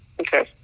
Okay